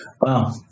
Wow